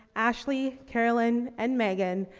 ashley, carolin, and megan.